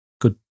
good